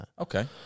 Okay